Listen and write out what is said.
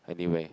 anyway